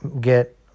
get